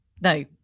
No